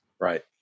right